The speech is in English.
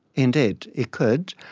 indeed it could.